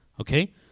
Okay